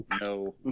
No